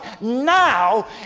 Now